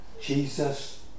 Jesus